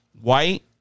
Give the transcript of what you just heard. White